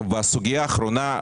הסוגיה האחרונה,